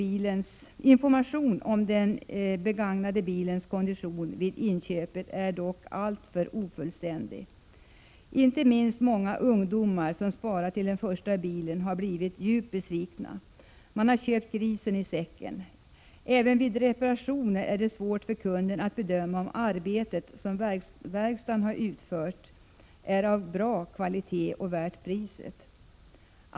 Informationen om den begagnade bilens kondition vid inköpet är dock alltför ofullständig. Många ungdomar som sparat till den första bilen har blivit djupt besvikna. Man har köpt grisen i säcken. Även vid reparationer är det svårt för kunden att bedöma om det arbete som verkstaden utfört är av bra kvalitet och värt priset.